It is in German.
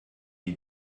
die